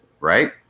right